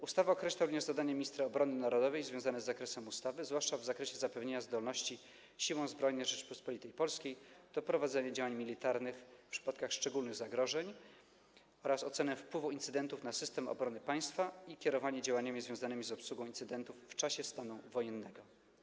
Ustawa określa również zadania ministra obrony narodowej związane z zakresem ustawy, zwłaszcza w zakresie zapewnienia zdolności Siłom Zbrojnym Rzeczypospolitej Polskiej do prowadzenia działań militarnych w przypadkach szczególnych zagrożeń, oraz ocenę wpływu incydentów na system obrony państwa i kierowanie działaniami związanymi z obsługą incydentów w czasie stanu wojennego.